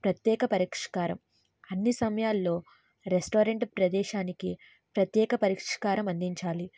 ప్రత్యేక పరిష్కారం అన్ని సమయాల్లో రెస్టారెంట్ ప్రదేశానికి ప్రత్యేక పరిష్కారం అందించాలి